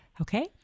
okay